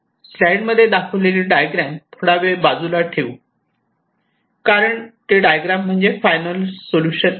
स्लाइडमध्ये दाखवलेली डायग्रॅम थोडावेळ बाजूला ठेव कारण ती डायग्रॅम म्हणजे फायनल सोल्युशन आहे